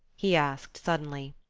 he asked suddenly.